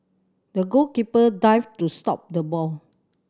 the goalkeeper dived to stop the ball